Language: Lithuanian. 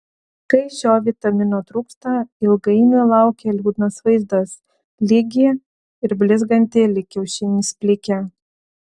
kai šio vitamino trūksta ilgainiui laukia liūdnas vaizdas lygi ir blizganti lyg kiaušinis plikė